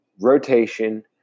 rotation